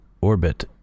orbit